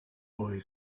boy